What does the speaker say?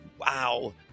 Wow